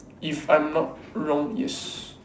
if I'm not wrong yes